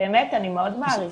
אני מאוד מעריכה,